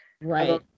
Right